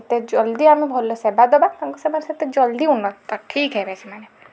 ଯେତେ ଜଲ୍ଦି ଆମେ ଭଲ ସେବା ଦେବା ତାଙ୍କ ସେବା ସେତେ ଜଲ୍ଦି ଉନ୍ନତ ଠିକ୍ ହେବେ ସେମାନେ